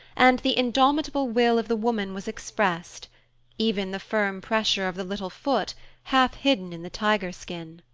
and the indomitable will of the woman was expressed even the firm pressure of the little foot half hidden in the tiger skin.